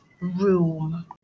room